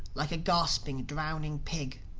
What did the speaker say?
like a gasping, drowning pig.